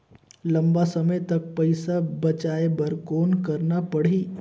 लंबा समय तक पइसा बचाये बर कौन करना पड़ही?